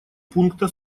пункта